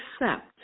accept